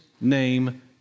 name